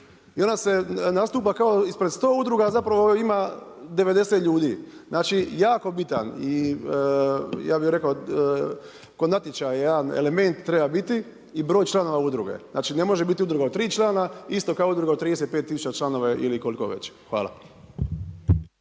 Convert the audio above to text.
I onda se nastupa kao ispred 100 udruga, a zapravo ima 90 ljudi. Znači jako bitan i kod natječaja jedan element treba biti i broj članova udruge. Znači ne može biti udruga od tri člana isto kao udruga od 35000 članova ili koliko već. Hvala.